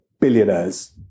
billionaires